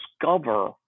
discover